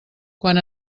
quan